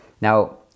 Now